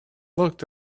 looked